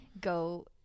go